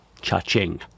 Cha-ching